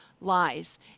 lies